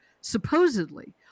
supposedly